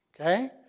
Okay